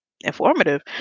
informative